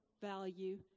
value